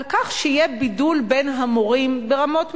כך שיהיה בידול בין המורים ברמות מסוימות.